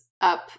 up